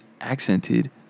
accented